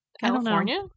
California